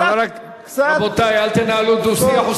קצת, רבותי, אל תנהלו דו-שיח.